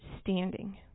standing